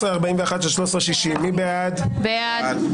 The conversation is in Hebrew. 12,981 עד 13,000, מי בעד?